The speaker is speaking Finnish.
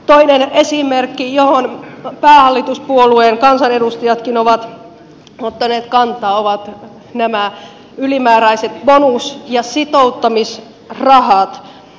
toinen esimerkki johon päähallituspuolueen kansanedustajatkin ovat ottaneet kantaa ovat nämä ylimääräiset bonus ja sitouttamisrahat